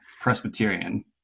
Presbyterian